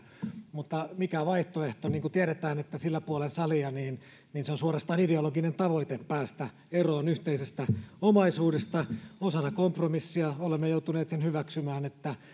mutta mikä on vaihtoehto niin kuin tiedetään sillä puolen salia on suorastaan ideologinen tavoite päästä eroon yhteisestä omaisuudesta osana kompromissia olemme joutuneet sen hyväksymään että